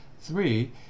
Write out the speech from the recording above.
three